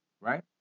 right